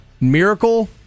Miracle